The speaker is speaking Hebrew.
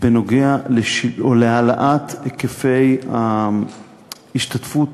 בנוגע להעלאת היקפי ההשתתפות